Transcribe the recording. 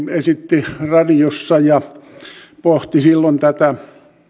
esitti radiossa kolumnin ja pohti silloin tätä